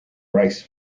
rice